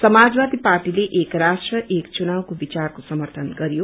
समाजवादी पार्टीले एक राष्ट्र एक चुनावको विचारको समर्थन गरयो